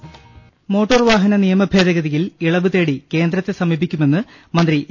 M motor വാഹന നിയമഭേദഗതിയിൽ ഇളവ് തേടി കേന്ദ്രത്തെ സമീപിക്കുമെന്ന് മന്ത്രി എ